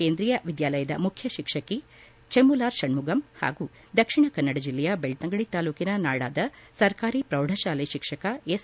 ಕೇಂದ್ರೀಯ ವಿದ್ಯಾಲಯದ ಮುಖ್ಯ ಶಿಕ್ಷಕಿ ಚೆಮ್ಮುಲಾರ್ ಷಣ್ಮುಗಂ ಹಾಗೂ ದಕ್ಷಿಣ ಕನ್ನಡ ಜಿಲ್ಲೆಯ ಬೆಳ್ತಂಗಡಿ ತಾಲೂಕಿನ ನಾಡಾದ ಸರ್ಕಾರಿ ಪ್ರೌಢಶಾಲೆ ಶಿಕ್ಷಕ ಎಸ್